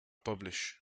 publish